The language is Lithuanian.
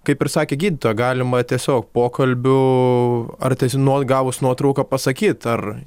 kaip ir sakė gydytoja galima tiesiog pokalbiu ar tiesiog gavus nuotrauką pasakyt ar